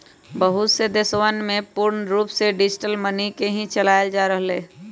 बहुत से देशवन में पूर्ण रूप से डिजिटल मनी के ही चलावल जा रहले है